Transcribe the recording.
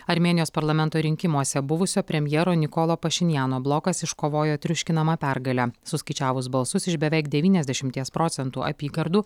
armėnijos parlamento rinkimuose buvusio premjero nikolo pašinjano blokas iškovojo triuškinamą pergalę suskaičiavus balsus iš beveik devyniasdeimties procentų apygardų